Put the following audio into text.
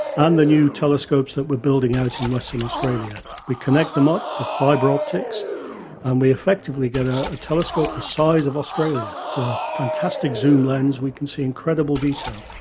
and the new telescopes that we are building out in in western australia. we connect them up with fibre optics and we effectively get a a telescope the size of australia. it's a fantastic zoom lens, we can see incredible detail.